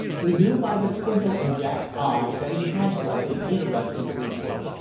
who knew by the twinkle in jack's eye that he had something interesting to report.